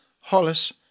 Hollis